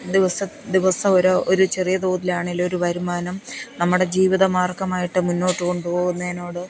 ദിവസം ഓരോ ഒരു ചെറിയ തോതിലാണെങ്കിലും ഒരു വരുമാനം നമ്മുടെ ജീവിത മാര്ഗമായിട്ട് മുന്നോട്ട് കൊണ്ടുപോവുന്നതിനോട്